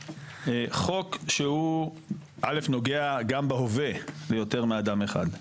חוק שהוא א', נוגע גם בהווה ליותר מאדם אחד.